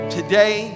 today